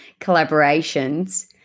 collaborations